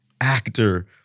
actor